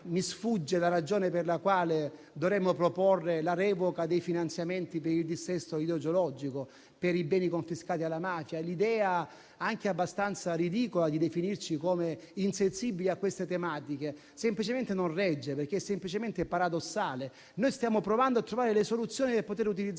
Mi sfugge la ragione per la quale dovremmo proporre la revoca dei finanziamenti per il dissesto idrogeologico o per i beni confiscati alla mafia. L'idea, abbastanza ridicola, di definirci insensibili a queste tematiche semplicemente non regge, perché è paradossale. Noi stiamo provando a trovare le soluzioni per poter utilizzare